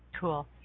Cool